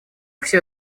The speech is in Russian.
все